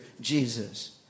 Jesus